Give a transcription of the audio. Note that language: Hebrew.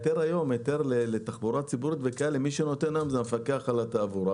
ההיתר לתחבורה ציבורית נותן המפקח על התעבורה.